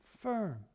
firm